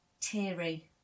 teary